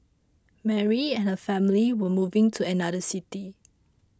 Mary and her family were moving to another city